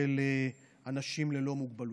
של אנשים ללא מוגבלויות.